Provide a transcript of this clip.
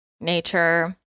nature